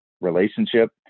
relationship